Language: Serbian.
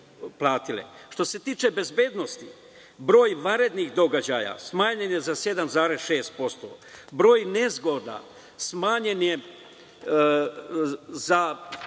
se tiče bezbednosti, broj vanrednih događaja smanjen je za 7,6%, broj nezgoda smanjen je za